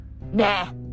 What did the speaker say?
Nah